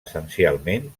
essencialment